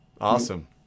Awesome